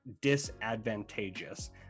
disadvantageous